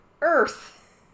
earth